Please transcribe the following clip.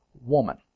woman